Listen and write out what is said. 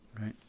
right